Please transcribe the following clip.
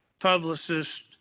publicist